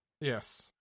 Yes